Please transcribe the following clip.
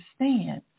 understand